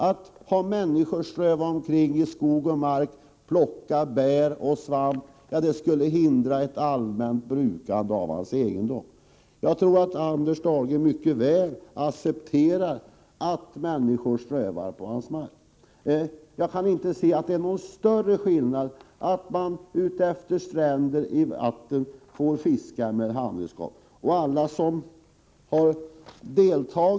Att ha människor som strövade omkring i skog och mark och plockade bär och svamp skulle hindra honom i brukandet av egendomen. Men jag tror att Anders Dahlgren mycket väl accepterar att människor strövar på hans mark. Jag kan inte se att det är någon större skillnad mellan det och att människor fiskar med handredskap utefter stränderna.